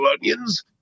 onions